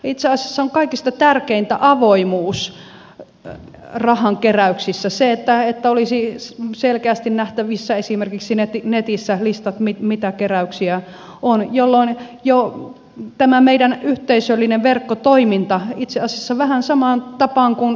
itse asiassa kaikista tärkeintä on avoimuus rahankeräyksissä se että olisi selkeästi nähtävissä esimerkiksi netissä listat mitä keräyksiä on jolloin jo tämä meidän yhteisöllinen verkkotoiminta itse asiassa vähän samaan tapaan kuin jossain tori